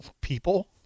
People